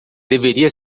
deveria